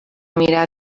mirar